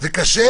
זה קשה?